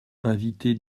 invités